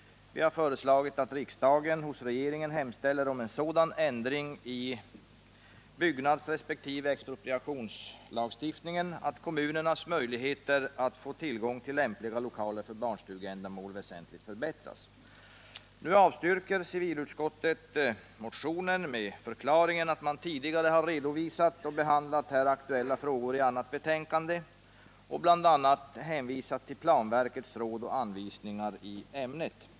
Vi har föreslagit att riksdagen hos regeringen hemställer om en sådan ändring i byggnadsresp. expropriationslagstiftningen, att kommunernas möjligheter att få tillgång till lämpliga lokaler för barnstugeändamål väsentligt förbättras. Nu avstyrker civilutskottet motionen med förklaringen att man tidigare har redovisat och behandlat aktuella frågor i ett annat betänkande och bl.a. hänvisat till planverkets råd och anvisningar i ämnet.